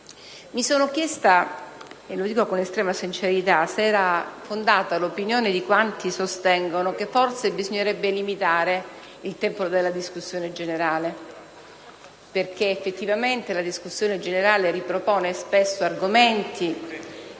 mi sono chiesta - e lo dico con estrema sincerità - se fosse fondata l'opinione di quanti sostengono che forse bisognerebbe limitare il tempo della discussione generale, perché effettivamente spesso essa ripropone argomenti